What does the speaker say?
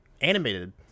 animated